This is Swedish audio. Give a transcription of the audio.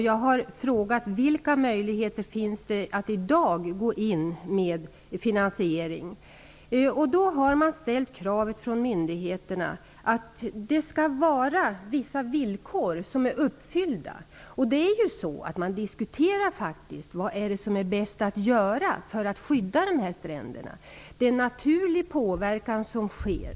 Jag har frågat vilka möjligheter det i dag finns att gå in med finansiering. Man har då från myndigheterna ställt kravet att vissa villkor skall uppfyllas. Man diskuterar ju faktiskt vad som är bäst att göra för att skydda stränderna. Det är en naturlig påverkan som sker.